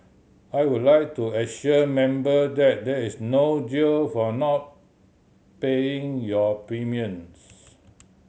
I would like to assure Member that there is no jail for not paying your premiums